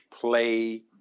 play